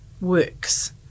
works